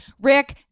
rick